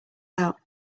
out